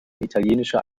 italienischer